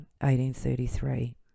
1833